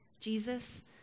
Jesus